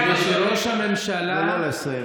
בוא תצביע היום,